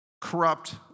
corrupt